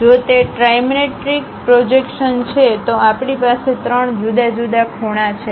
જો તે trimetric projection છે તો આપણી પાસે ત્રણ જુદા જુદા ખૂણા છે